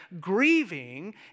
grieving